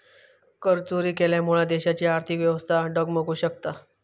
करचोरी केल्यामुळा देशाची आर्थिक व्यवस्था डगमगु शकता